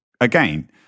again